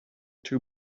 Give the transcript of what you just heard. too